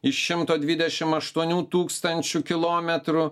iš šimto dvidešimt aštuonių tūkstančių kilometrų